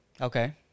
Okay